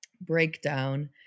breakdown